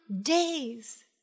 days